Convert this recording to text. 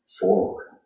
forward